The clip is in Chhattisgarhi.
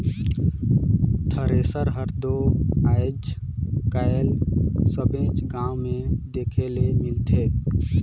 थेरेसर हर दो आएज काएल सबेच गाँव मे देखे ले मिलथे